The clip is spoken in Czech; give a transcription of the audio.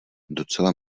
docela